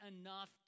enough